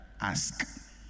ask